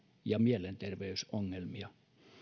ja mielenterveysongelmia